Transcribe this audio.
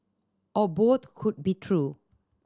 or both could be true